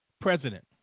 president